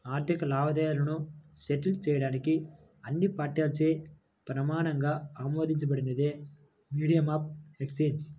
ఆర్థిక లావాదేవీలను సెటిల్ చేయడానికి అన్ని పార్టీలచే ప్రమాణంగా ఆమోదించబడినదే మీడియం ఆఫ్ ఎక్సేంజ్